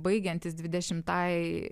baigiantis dvidešimtai